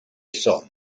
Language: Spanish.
son